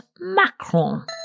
Macron